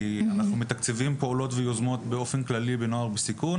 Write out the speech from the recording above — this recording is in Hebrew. כי אנחנו מתקצבים פעולות ויוזמות באופן כללי בילדים ובנוער בסיכון,